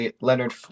Leonard